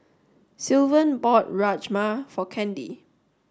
Sylvan bought Rajma for Candy